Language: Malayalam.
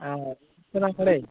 ആണോ ഇപ്പം നമ്മളെ